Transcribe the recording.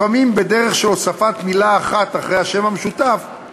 לפעמים בדרך של הוספת מילה אחת אחרי השם המשותף,